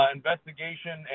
investigation